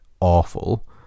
awful